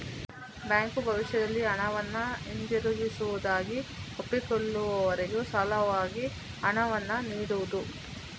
bank ಭವಿಷ್ಯದಲ್ಲಿ ಹಣವನ್ನ ಹಿಂದಿರುಗಿಸುವುದಾಗಿ ಒಪ್ಪಿಕೊಳ್ಳುವವರಿಗೆ ಸಾಲವಾಗಿ ಹಣವನ್ನ ನೀಡುದು